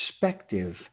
perspective